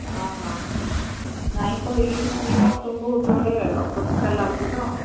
ହଁ ହଁ ନାହିଁ କହିକି କି ନାହିଁ ବାଥରୁମ୍ ବହୁତ ଗୁଡ଼େ ଅପରିଷ୍କାର ଲାଗୁଛି ତ